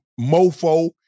mofo